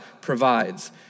provides